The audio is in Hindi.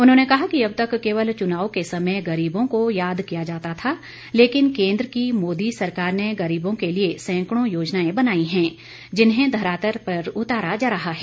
उन्होंने कहा कि अब तक केवल चूनाव के समय गरीबों को याद किया जाता था लेकिन केन्द्र की मोदी सरकार ने गरीबों के लिए सैंकड़ों योजनाएं बनाई हैं जिन्हें धरातल पर उतारा जा रहा है